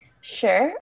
sure